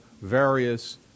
various